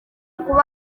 kuba